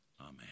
Amen